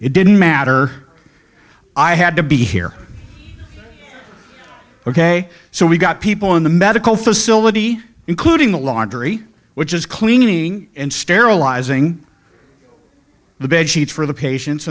it didn't matter i had to be here ok so we got people in the medical facility including the laundry which is cleaning and sterilizing the bed sheets for the patients